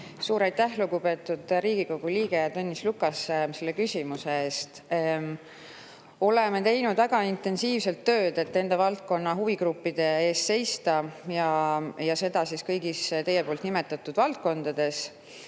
Suur aitäh, lugupeetud Riigikogu liige Tõnis Lukas, selle küsimuse eest! Oleme teinud väga intensiivselt tööd, et enda valdkonna huvigruppide eest seista, ja seda kõigis teie nimetatud valdkondades.